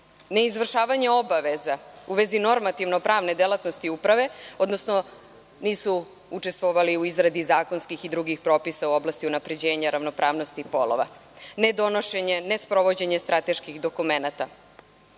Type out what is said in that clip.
Ne izvršavanje obaveza u vezi normativno pravne delatnosti Uprave, odnosno nisu učestvovali u izradi zakonskih i drugih propisa u oblasti unapređenja ravnopravnosti polova. Ne donošenje, ne sprovođenje strateških dokumenata.